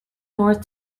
north